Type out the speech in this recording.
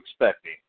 expecting